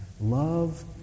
love